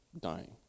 dying